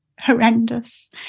horrendous